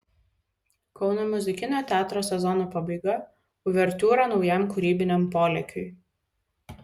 kauno muzikinio teatro sezono pabaiga uvertiūra naujam kūrybiniam polėkiui